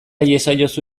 iezaiozu